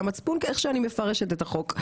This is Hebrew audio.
והמצפון איך שאני מפרשת את החוק,